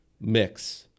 mix